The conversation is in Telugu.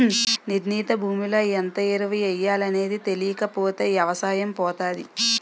నిర్ణీత భూమిలో ఎంత ఎరువు ఎయ్యాలనేది తెలీకపోతే ఎవసాయం పోతాది